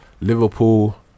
Liverpool